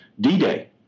D-Day